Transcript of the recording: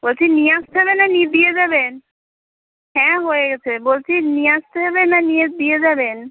বলছি নিয়ে আসতে হবে না নি দিয়ে যাবেন হ্যাঁ হয়ে গেছে বলছি নিয়ে আসতে হবে না নিয়ে দিয়ে যাবেন